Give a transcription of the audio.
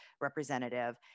representative